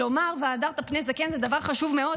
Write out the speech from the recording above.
לומר "והדרת פני זקן" זה דבר חשוב מאוד,